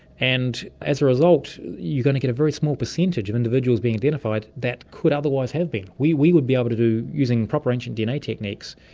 and as a result you're going to get a very small percentage of individuals being identified that could otherwise have been. we we would be able to, using proper ancient dna techniques,